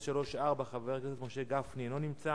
שאילתא 1034, של חבר הכנסת משה גפני, אינו נמצא,